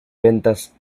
ventas